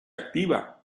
activa